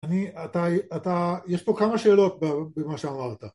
‫יש פה כמה שאלות במה שאמרת.